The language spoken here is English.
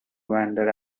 wander